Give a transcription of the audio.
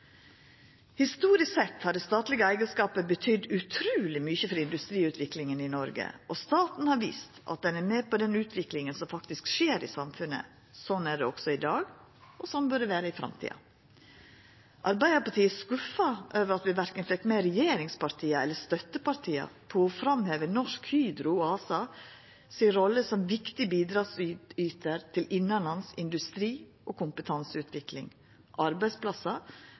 Historisk sett har det statlege eigarskapet betydd utruleg mykje for industriutviklinga i Noreg, og staten har vist at den er med på den utviklinga som faktisk skjer i samfunnet. Sånn er det også i dag, og sånn bør det vera i framtida. Arbeidarpartiet er skuffa over at vi verken fekk med regjeringspartia eller støttepartia på å framheva Norsk Hydro ASA si rolle som viktig bidragsytar til innanlands industri- og kompetanseutvikling, arbeidsplassar